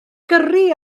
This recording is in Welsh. gyrru